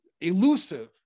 elusive